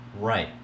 Right